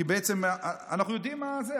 כי אנחנו יודעים מה זה,